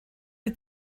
die